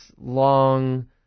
long